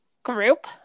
group